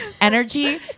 energy